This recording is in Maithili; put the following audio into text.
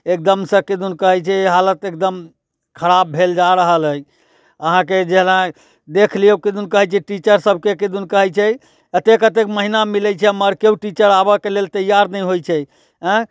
एकदम से किदन कहै छै हालत एकदम खराप भेल जा रहल अछि अहाँके जेना देख लियौ किदन कहै छै टीचर सभके किदन कहै छै अत्ते अत्ते महिना मिलै छै मर केओ टीचर आबऽ के लेल तैयार नहि होइ छै एँ